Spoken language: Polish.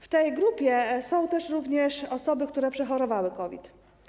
W tej grupie są również osoby, które przechorowały COVID.